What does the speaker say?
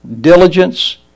diligence